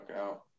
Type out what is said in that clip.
out